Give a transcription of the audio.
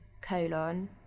colon